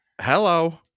hello